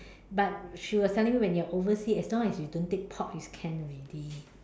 but she was telling me when you're oversea as long as you don't take pork is can already